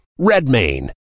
RedMain